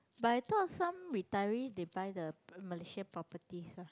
but I thought some retirees they buy the Malaysia properties ah